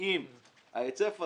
אם ההיצף הזה,